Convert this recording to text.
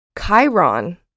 Chiron